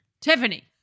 Tiffany